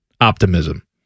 optimism